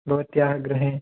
भवत्याः गृहे